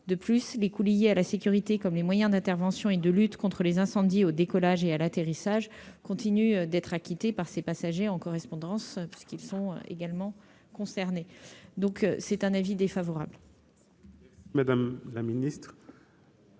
De plus, les coûts liés à la sécurité, comme les moyens d'intervention et de lutte contre les incendies au décollage et à l'atterrissage, continuent d'être acquittés par ces passagers en correspondance, puisqu'ils sont également concernés. L'avis est donc défavorable. Monsieur